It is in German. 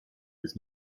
des